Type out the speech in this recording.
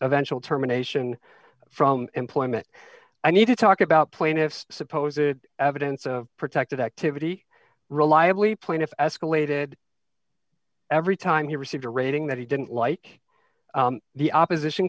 eventual terminations from employment i need to talk about plaintiff's supposed evidence of protected activity reliably plaintiff escalated every time he received a rating that he didn't like the opposition